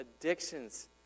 addictions